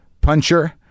puncher